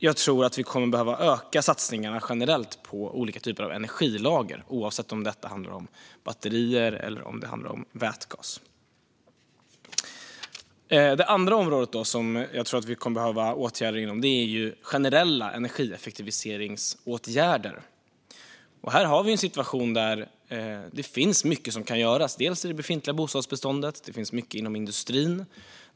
Jag tror också att vi kommer att behöva öka satsningarna på olika typer av energilager, oavsett om det handlar om batterier eller vätgas. Det andra området som det kommer att behövas åtgärder inom är generella energieffektiviseringsåtgärder. Det finns mycket som kan göras, bland annat inom det befintliga bostadsbeståndet och inom industrin.